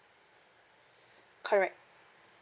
correct